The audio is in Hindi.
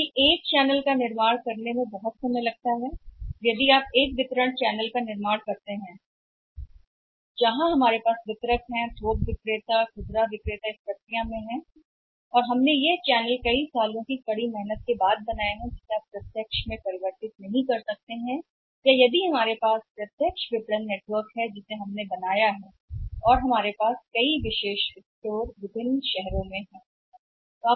क्योंकि चैनल का निर्माण करने में बहुत समय लगता है और यदि आपका चैनल बन रहा है वितरण नेटवर्क जहां हमारे पास वितरक थोक व्यापारी और खुदरा विक्रेता प्रक्रिया में हैं और हम कई वर्षों तक कड़ी मेहनत करके इस चैनल का निर्माण किया है जिसे आप प्रत्यक्ष में परिवर्तित नहीं कर सकते विपणन या अगर हमारे पास प्रत्यक्ष विपणन नेटवर्क है जिसे हमने बनाया है और हमारे पास संख्या है विभिन्न शहरों और विभिन्न शहरों में विशेष दुकानों की